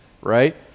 right